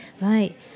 Right